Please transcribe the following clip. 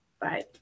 Bye